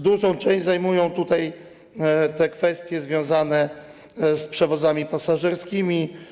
Dużą część zajmują tutaj te kwestie związane z przewozami pasażerskimi.